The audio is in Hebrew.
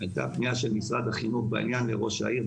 הייתה פנייה של משרד החינוך בעניין לראש העיר,